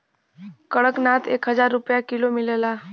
कड़कनाथ एक हजार रुपिया किलो मिलेला